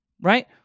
right